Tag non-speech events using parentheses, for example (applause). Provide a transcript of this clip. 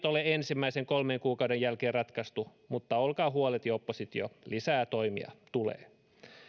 (unintelligible) ole ensimmäisen kolmen kuukauden jälkeen ratkaistu mutta olkaa huoleti oppositio lisää toimia tulee